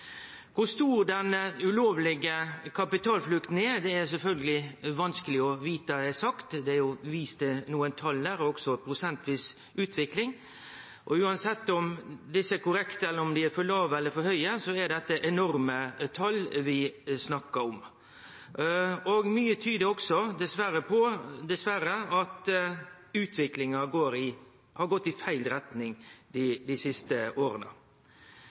Kor stor den ulovlege kapitalflukta er, er det sjølvklart vanskeleg å vite eksakt. Det er vist til nokre tal og prosentvis utvikling her. Uansett om desse er korrekte eller for låge eller for høge, er det enorme tal vi snakkar om. Mykje tyder òg dessverre på at utviklinga har gått i feil retning dei siste åra.